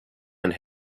and